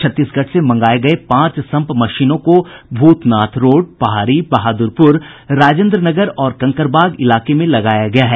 छत्तीसगढ़ से मंगाये गये पांच संप मशीनों को भूतनाथ रोड पहाड़ी बहादुरपूर राजेन्द्र नगर और कंकड़बाग इलाके में लगाया गया है